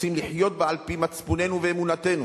רוצים לחיות בה, על-פי מצפוננו ואמונתנו,